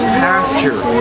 pasture